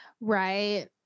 Right